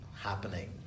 happening